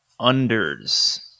unders